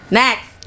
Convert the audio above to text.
next